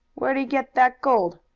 where'd he get that gold?